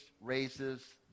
raises